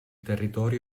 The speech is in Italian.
territorio